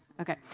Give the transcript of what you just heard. Okay